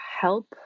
help